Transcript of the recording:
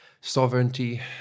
sovereignty